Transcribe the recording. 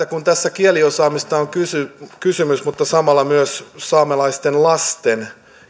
kun tässä on kysymys kieliosaamisesta mutta samalla myös saamelaisten lasten